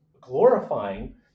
glorifying